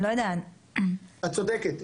את צודקת.